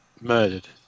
murdered